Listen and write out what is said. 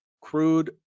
crude